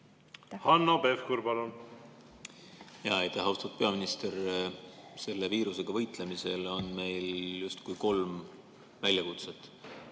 Hanno Pevkur, palun! Aitäh! Austatud peaminister! Selle viirusega võitlemisel on meil justkui kolm väljakutset.